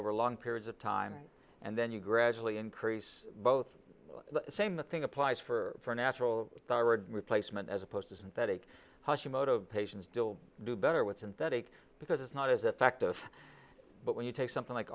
over long periods of time and then you gradually increase both the same thing applies for natural thyroid replacement as opposed to synthetic hashimoto's patients don't do better with synthetic because it's not as effective but when you take something like